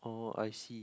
oh I see